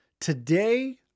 today